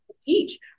teach